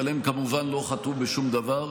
אבל הם כמובן לא חטאו בשום דבר.